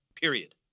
period